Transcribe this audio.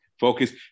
focus